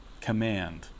command